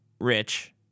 Rich